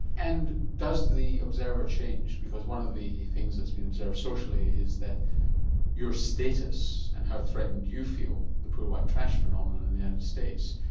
and does the observer change, because one of the things that's been observed socially is that your status and how threatened you feel the poor white trash phenomenon in the united states,